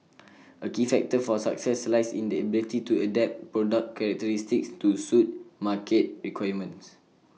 A key factor for success lies in the ability to adapt product characteristics to suit market requirements